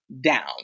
down